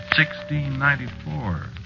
1694